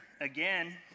again